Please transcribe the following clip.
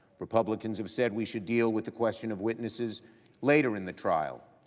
republicans have said we should deal with the question of witnesses later in the trial.